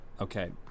okay